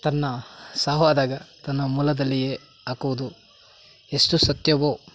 ತನ್ನ ಸಾವಾದಾಗ ತನ್ನ ಮೂಲದಲ್ಲಿಯೇ ಹಾಕುವುದು ಎಷ್ಟು ಸತ್ಯವೊ